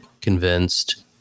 convinced